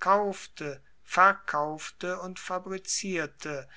kaufte verkaufte und fabrizierte